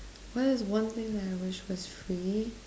what is one thing that I wish was free